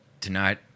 tonight